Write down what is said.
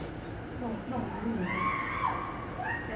那种那种 mini 的